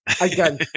Again